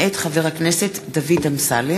מאת חבר הכנסת דוד אמסלם,